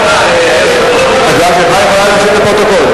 התשע"א 2010, נתקבלה.